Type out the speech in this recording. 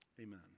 amen